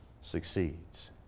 succeeds